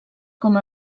com